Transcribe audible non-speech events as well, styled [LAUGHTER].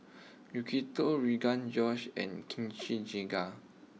[NOISE] Yakitori Rogan Josh and Kimchi Jjigae